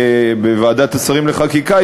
בוועדת השרים לחקיקה,